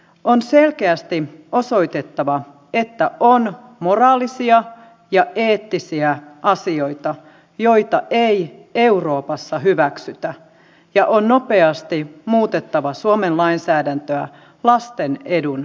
on selkeästi osoitettava että on moraalisia ja eettisiä asioita joita ei euroopassa hyväksytä ja on nopeasti muutettava suomen lainsäädäntöä lasten edun mukaiseksi